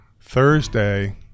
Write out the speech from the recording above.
Thursday